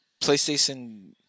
PlayStation